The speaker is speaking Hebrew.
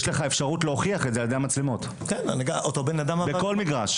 יש לך אפשרות להוכיח את זה על ידי המצלמות בכל מגרש.